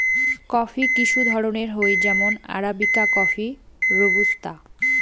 coffee কিসু ধরণের হই যেমন আরাবিকা কফি, রোবুস্তা